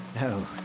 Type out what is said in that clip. No